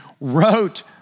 wrote